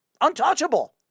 Untouchable